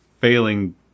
failing